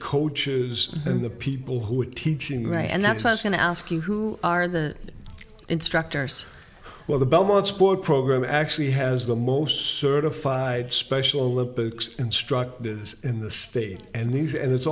coaches and the people we're teaching math and that's what's going to ask you who are the instructors well the belmont sport program actually has the most certified special olympics instructed us in the state and these and it's